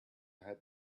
had